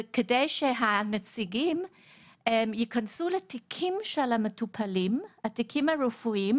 כדי שהנציגים ייכנסו לתיקים הרפואיים